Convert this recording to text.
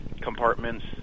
compartments